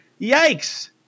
Yikes